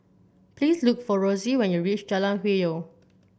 please look for Rosey when you reach Jalan Hwi Yoh